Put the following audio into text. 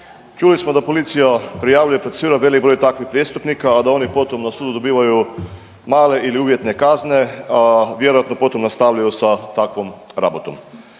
Čuli smo da policija prijavljuje i procesuira velik broj takvih prijestupnika, a da oni potom na sudu dobivaju male ili uvjetne kazne, a vjerojatno potom nastavljaju sa takvom rabotom.